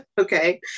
Okay